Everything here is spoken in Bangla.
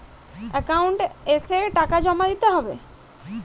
একাউন্ট এসে টাকা জমা দিতে হবে?